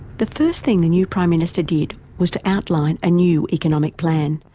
the first thing the new prime minister did was to outline a new economic plan,